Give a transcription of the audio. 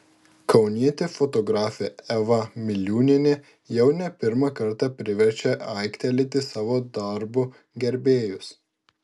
kaunietė fotografė eva miliūnienė jau ne pirmą kartą priverčia aiktelėti savo darbų gerbėjus